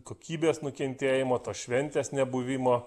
kokybės nukentėjimo tos šventės nebuvimo